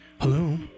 Hello